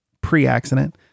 pre-accident